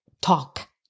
talk